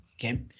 Okay